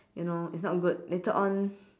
you know it's not good later on